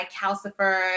Calcifer